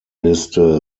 liste